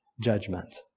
judgment